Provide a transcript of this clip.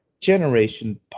Generation